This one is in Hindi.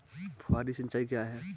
फुहारी सिंचाई क्या है?